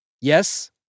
Yes